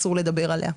אסור לדבר עליה.